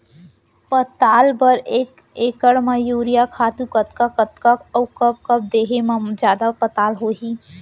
पताल बर एक एकड़ म यूरिया खातू कतका कतका अऊ कब कब देहे म जादा पताल होही?